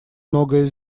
многое